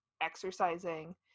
exercising